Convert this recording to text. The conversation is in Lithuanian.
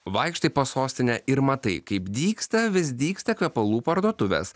vaikštai po sostinę ir matai kaip dygsta vis dygsta kvepalų parduotuvės